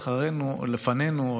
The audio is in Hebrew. הדורות לפנינו,